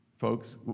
Folks